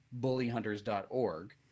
BullyHunters.org